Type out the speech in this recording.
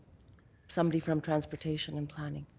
somebody from transportation and planning.